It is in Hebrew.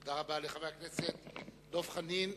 תודה רבה לחבר הכנסת דב חנין.